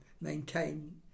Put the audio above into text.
maintain